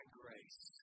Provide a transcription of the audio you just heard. grace